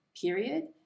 period